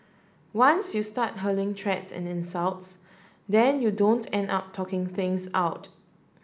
once you start hurling threats and insults then you don't end up talking things out